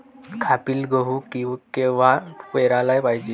खपली गहू कवा पेराले पायजे?